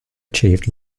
achieved